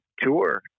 tour